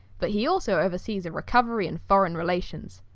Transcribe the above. but he also oversees a recovery and foreign relations,